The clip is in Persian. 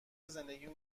زندگیم